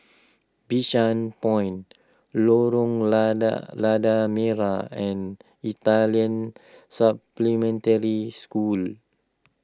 Bishan Point Lorong Lada Lada Merah and Italian Supplementary School